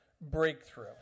Breakthrough